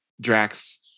Drax